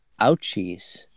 Ouchies